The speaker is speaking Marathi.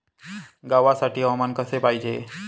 गव्हासाठी हवामान कसे पाहिजे?